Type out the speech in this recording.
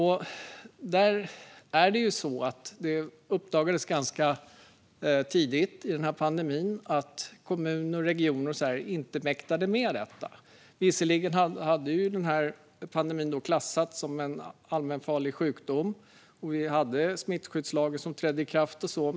Här uppdagades det ganska tidigt i pandemin att kommuner och regioner inte mäktade med detta. Visserligen hade pandemin klassats som allmänfarlig sjukdom, och vi hade en smittskyddslag som trädde i kraft.